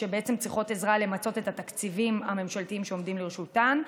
שצריכות עזרה למצות את התקציבים הממשלתיים שעומדים לרשותן.